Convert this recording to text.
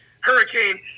hurricane